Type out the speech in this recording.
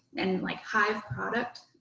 and like hive product.